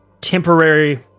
temporary